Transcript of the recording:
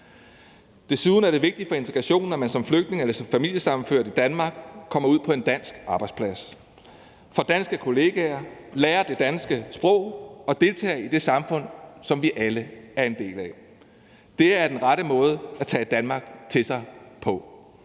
Desuden er det vigtigt for integrationen, at man som flygtning eller som familiesammenført i Danmark kommer ud på en dansk arbejdsplads, får danske kollegaer, lærer det danske sprog og deltager i det samfund, som vi alle er en del af. Det er den rette måde at tage Danmark til sig på.